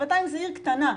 וגבעתיים זה עיר קטנה,